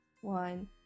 one